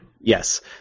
Yes